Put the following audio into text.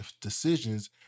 decisions